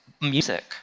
Music